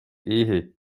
ehe